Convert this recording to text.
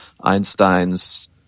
Einstein's